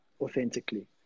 authentically